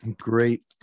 great